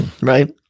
Right